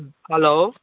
hello